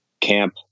camp